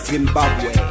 Zimbabwe